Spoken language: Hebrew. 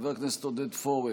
חבר הכנסת עודד פורר,